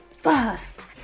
First